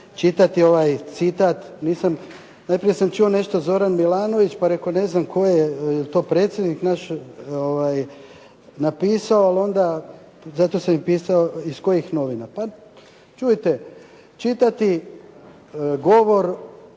čitati ovaj citat. Najprije sam čuo nešto Zoran Milanović, pa reko ne znam tko je, je li to predsjednik naš napisao, ali onda, zato sam i pitao iz kojih novina. Pa čujte, čitati govor